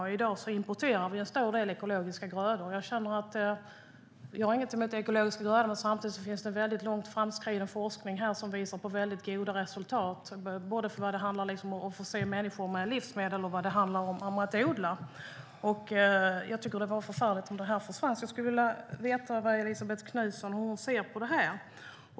I dag importerar vi en stor del ekologiska grödor. Jag har inget emot ekologiska grödor. Men samtidigt finns här långt framskriden forskning som visar på goda resultat både när det handlar om att förse människor med livsmedel och när det handlar om att odla. Jag tycker att det vore förfärligt om detta försvann, och jag skulle därför vilja veta hur Elisabet Knutsson ser på det.